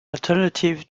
alternative